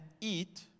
eat